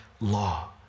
law